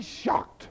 shocked